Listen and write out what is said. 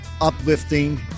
uplifting